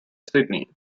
sydney